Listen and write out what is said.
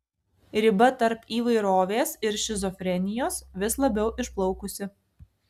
riba tarp įvairovės ir šizofrenijos vis labiau išplaukusi